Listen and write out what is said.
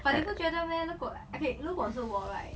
but 你觉得 meh 如果 like okay 如果是我 right